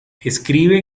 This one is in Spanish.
escribe